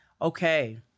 okay